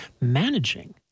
managing